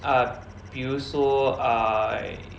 uh 比如说 I